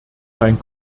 mein